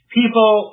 people